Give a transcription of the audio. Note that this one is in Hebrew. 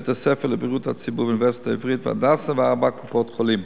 בית-הספר לבריאות הציבור באוניברסיטה העברית ו"הדסה" וארבע קופות-חולים.